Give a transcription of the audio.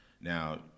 Now